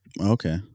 Okay